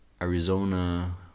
Arizona